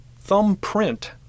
thumbprint